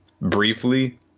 briefly